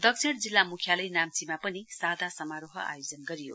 दक्षिण जिल्ला मुख्यालय नाम्चीमा पनि सादा समारोह आयोजन गरियो